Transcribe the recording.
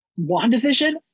WandaVision